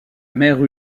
mère